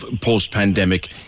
post-pandemic